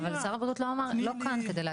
אבל הוא לא כאן.